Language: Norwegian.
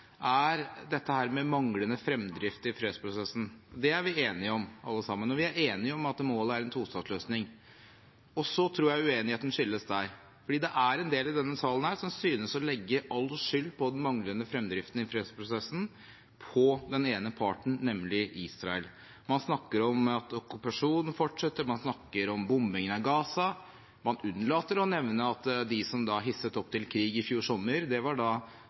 er dette med manglende fremdrift i fredsprosessen. Det er vi enige om, alle sammen, og vi er enige om at målet er en tostatsløsning. Så tror jeg uenigheten skilles der, for det er en del i denne salen som synes å legge all skyld for den manglende fremdriften i fredsprosessen på den ene parten, nemlig Israel. Man snakker om at okkupasjonen fortsetter, man snakker om bombingen av Gaza. Man unnlater å nevne at de som hisset til krig i fjor sommer, var